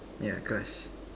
yeah crush